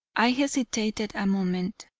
i hesitated a moment,